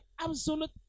absolute